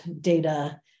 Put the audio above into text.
data